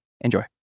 enjoy